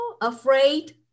afraid